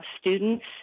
students